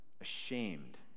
Ashamed